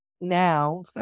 now